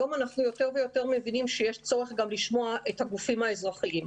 היום אנחנו יותר ויותר מבינים שיש צורך גם לשמוע את הגופים האזרחיים,